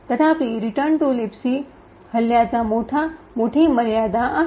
तथापि return to libc हल्ल्याला मोठी मर्यादा आहे